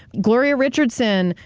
gloria richardson,